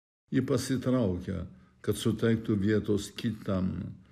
ji pasitraukia kad suteiktų vietos kitam